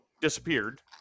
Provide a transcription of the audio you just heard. disappeared